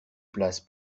place